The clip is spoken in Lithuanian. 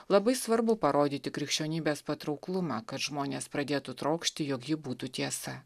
labai svarbu parodyti krikščionybės patrauklumą kad žmonės pradėtų trokšti jog ji būtų tiesa